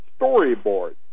storyboard